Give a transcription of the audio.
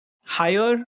higher